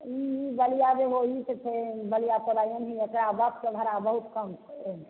ई बलिया जेबहो ई तऽ छै बलिया तोरा बसके भाड़ा बहुत कम छै ओहिमे